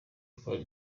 gutwara